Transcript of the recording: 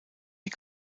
die